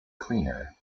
cleaner